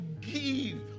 give